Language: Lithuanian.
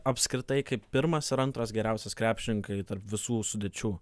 apskritai kaip pirmas ir antras geriausias krepšininkai tarp visų sudėčių